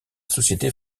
société